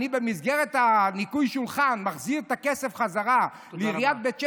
במסגרת ניקוי השולחן אני מחזיר את הכסף בחזרה לעיריית בית שמש,